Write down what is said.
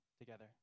together